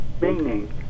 meaning